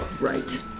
Right